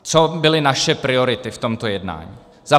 Co byly naše priority v tomto jednání?